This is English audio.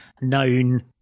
known